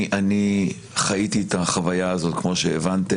אני חייתי את החוויה הזאת כמו שהבנתם,